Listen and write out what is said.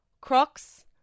Crocs